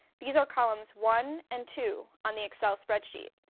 these are columns one and two on the excel spreadsheet.